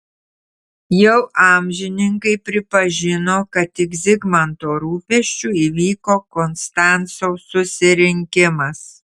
jau amžininkai pripažino kad tik zigmanto rūpesčiu įvyko konstanco susirinkimas